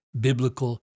biblical